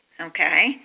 okay